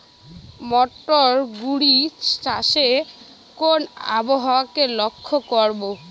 মটরশুটি চাষে কোন আবহাওয়াকে লক্ষ্য রাখবো?